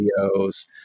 videos